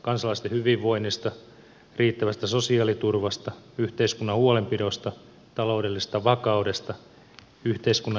kansalaisten hyvinvoinnista riittävästä sosiaaliturvasta yhteiskunnan huolenpidosta taloudellisesta vakaudesta yhteiskunnan elinvoimaisuudesta ja niin poispäin